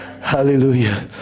Hallelujah